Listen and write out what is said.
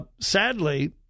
Sadly